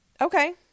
Okay